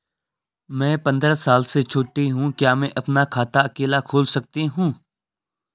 मैं पंद्रह साल से छोटी हूँ क्या मैं अपना खाता अकेला खोल सकती हूँ?